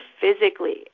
physically